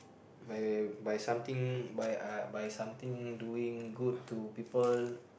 by by something by uh by something doing good to people